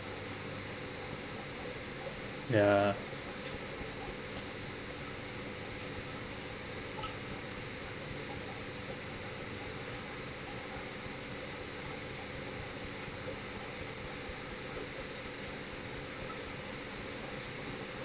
ya